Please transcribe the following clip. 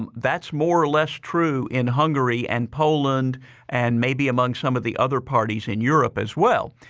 um that's more or less true in hungary and poland and maybe among some of the other parties in europe as well.